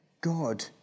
God